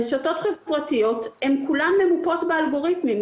רשתות חברתיות הן כולן ממופות באלגוריתמים,